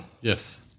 Yes